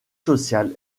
social